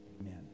Amen